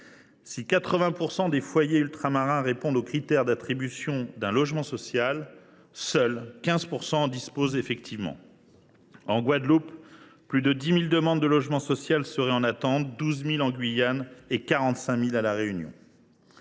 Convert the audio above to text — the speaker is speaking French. Si 80 % des foyers ultramarins remplissent les critères d’attribution d’un logement social, seuls 15 % d’entre eux en disposent effectivement. En Guadeloupe, plus de 10 000 demandes de logement social seraient en attente ; il y en aurait 12 000 en Guyane et 45 000 à La Réunion.